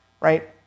right